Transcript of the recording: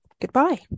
goodbye